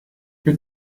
you